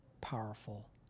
powerful